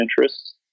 interests